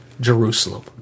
Jerusalem